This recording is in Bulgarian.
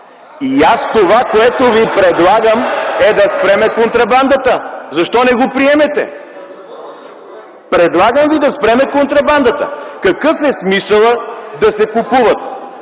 Това, което ви предлагам, е да спрем контрабандата. Защо не го приемете? Предлагам да спрем контрабандата. Какъв е смисълът да се купуват